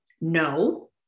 no